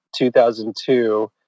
2002